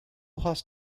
hast